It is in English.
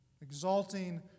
exalting